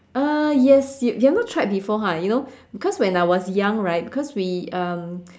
uh yes you have not tried before ha you know because when I was young right because we um